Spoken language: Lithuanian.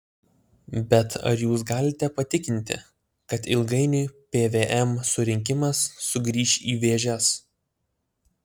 bet ar jūs galite patikinti kad ilgainiui pvm surinkimas sugrįš į vėžes